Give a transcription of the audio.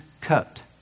cut